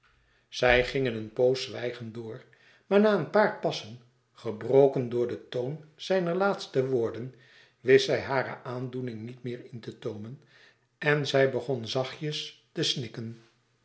zij gingen een pooze zwijgend door maar na een paar passen gebroken door den toon zijner laatste woorden wist zij hare aandoening niet meer in te toomen en zij begon zachtjes te snikken